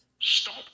Stop